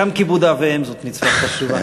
גם כיבוד אב ואם זאת מצווה חשובה.